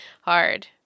Hard